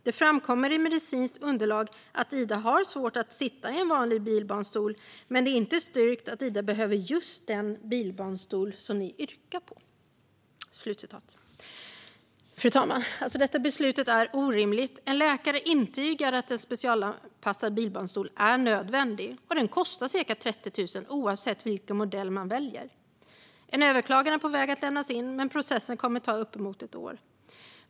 Det framkommer i medicinskt underlag att Ida har svårt att sitta i en vanlig bilbarnstol, men det är inte styrkt att Ida behöver just den bilbarnstol som ni yrkar på. Fru talman! Beslutet är orimligt. En läkare intygar att en specialanpassad bilbarnstol är nödvändig, och den kostar ca 30 000 kronor, oavsett vilken modell man väljer. En överklagan är på väg att lämnas in, men processen kommer att ta uppemot ett år.